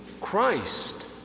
Christ